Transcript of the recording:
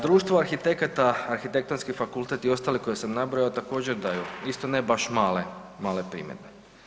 Društvo arhitekata, Arhitektonski fakultet i ostali koje sam nabrojao također daju, isto ne baš male, male primjedbe.